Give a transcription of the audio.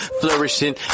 flourishing